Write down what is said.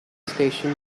station